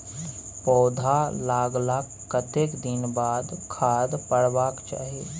पौधा लागलाक कतेक दिन के बाद खाद परबाक चाही?